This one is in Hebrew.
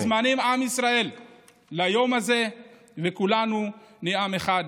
עם ישראל מוזמן ליום הזה, וכולנו נהיה עם אחד,